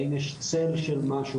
האם יש צל של משהו.